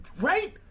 right